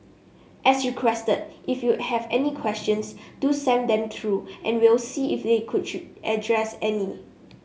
as requested if you have any questions do send them through and we'll see if they could address any